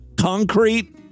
concrete